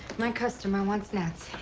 my customer wants natts,